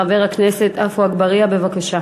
חבר הכנסת עפו אגבאריה, בבקשה.